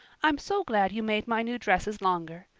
i'm so glad you made my new dresses longer.